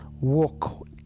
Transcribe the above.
walk